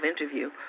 interview